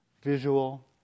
Visual